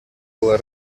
была